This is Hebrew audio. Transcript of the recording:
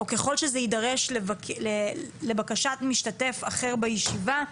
או ככל שזה יידרש לבקשת משתתף אחר בישיבה,